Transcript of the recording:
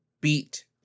beat